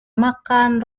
makan